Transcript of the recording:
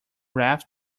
raft